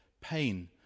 pain